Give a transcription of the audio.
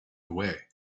away